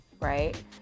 right